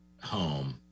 home